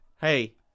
Hey